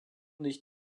nicht